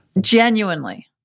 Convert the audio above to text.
Genuinely